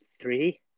three